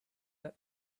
that